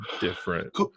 different